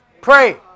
pray